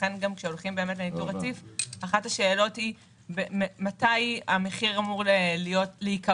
לכן כשהולכים לניטור רציף אחת השאלות היא מתי המחיר אמור להיקבע,